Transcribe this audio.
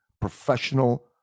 professional